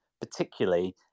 particularly